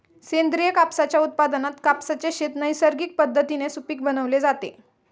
सेंद्रिय कापसाच्या उत्पादनात कापसाचे शेत नैसर्गिक पद्धतीने सुपीक बनवले जाते